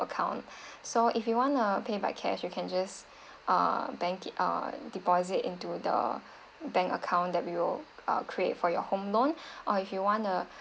account so if you wanna pay by cash you can just uh bank it uh deposit into the bank account that we will uh create for your home loan or if you wanna